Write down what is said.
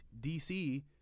DC